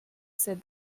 said